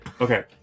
Okay